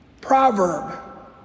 proverb